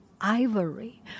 ivory